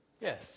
Yes